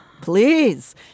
Please